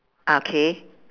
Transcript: ah K